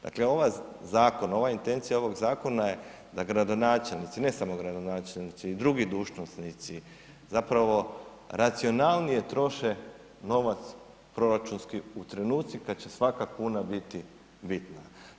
Dakle, ovaj zakon, ova intencija ovog zakona je da gradonačelnici, ne samo gradonačelnici, i drugi dužnosnici zapravo racionalnije troše novac proračunski u trenuci kad će svaka kuna biti vidljiva.